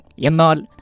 Yenal